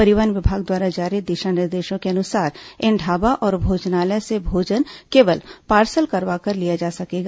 परिवहन विभाग द्वारा जारी दिशा निर्देशों के अनुसार इन ढाबा और भोजनालय से भोजन केवल पार्सल करवा कर लिया जा सकेगा